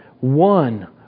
one